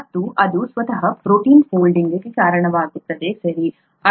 ಮತ್ತು ಅದು ಸ್ವತಃ ಪ್ರೋಟೀನ್ ಫೋಲ್ಡಿಂಗ್ಗೆ ಕಾರಣವಾಗುತ್ತದೆ ಸರಿ